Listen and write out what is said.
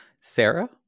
Sarah